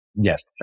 Yes